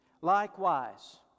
Likewise